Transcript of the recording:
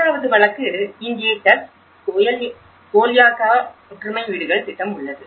இரண்டாவது வழக்கு இங்கே டஸ் கோல்யாகா ஒற்றுமை வீடுகள் திட்டம் உள்ளது